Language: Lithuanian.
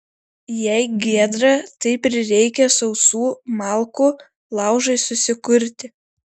jei giedra tai prireikia sausų malkų laužui susikurti